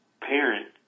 parent